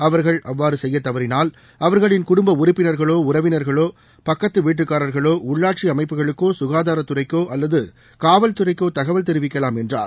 அவர்கள் அவ்வாறுசெய்யதவறினால் அவர்களின் குடும்பஉறுப்பினர்களோ உறவினர்களோ பக்கத்துவீட்டுக்காரர்களோ உள்ளாட்சிஅமைப்புகளுக்கோ சுகாதாரத்துறைக்கோஅல்லதுகாவல் துறைக்கோதகவல் தெரிவிக்கலாம் என்றார்